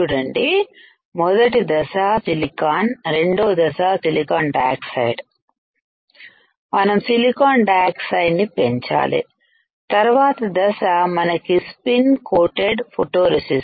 చూడండి మొదటి దశ సిలికాన్ రెండో దశ సిలికాన్ డయాక్సైడ్ మనం సిలికాన్ డై ఆక్సైడ్ ని పెంచాలి తర్వాత దశ మనకి స్స్పీన్డ్ కోటెడ్ఫోటో రెసిస్ట్